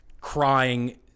crying